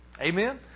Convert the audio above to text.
Amen